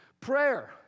prayer